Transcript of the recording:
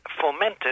fomented